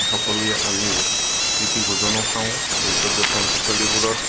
সকলোৱে আমি প্ৰীতিভোজনো খাওঁ এই পৰ্যটনস্থলীবোৰত